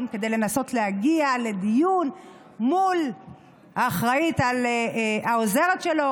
כדי לנסות להגיע לדיון מול העוזרת שלו,